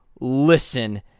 listen